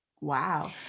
wow